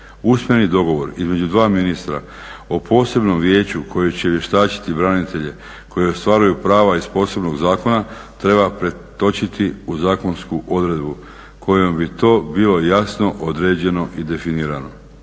Usmeni dogovor između dva ministra o posebnom vijeću koje će vještačiti branitelje koji ostvaruju prava iz posebnog zakona treba pretočiti u zakonsku odredbu kojom bi to bilo jasno određeno i definirano.